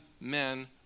men